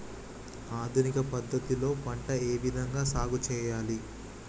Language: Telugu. ఆధునిక పద్ధతి లో పంట ఏ విధంగా సాగు చేయాలి?